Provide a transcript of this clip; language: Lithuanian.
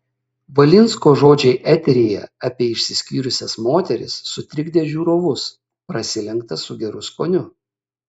valinsko žodžiai eteryje apie išsiskyrusias moteris sutrikdė žiūrovus prasilenkta su geru skoniu